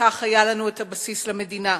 וכך היה לנו הבסיס למדינה.